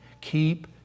Keep